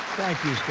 thank you, scott.